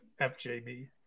FJB